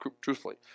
truthfully